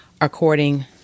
according